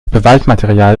beweismaterial